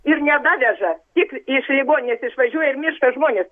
ir nedaveža tik iš ligoninės išvažiuoja ir miršta žmonės